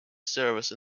service